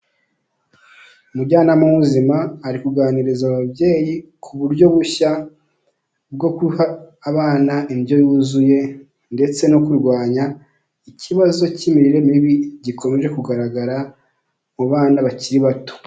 Umujyanama w'ubuzima ari kuganiriza ababyeyi ku buryo bushya bwo guha abana indyo yuzuye, ndetse no kurwanya ikibazo cy'imirire mibi gikomeje kugaragara mu bana bakiri bato.